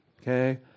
Okay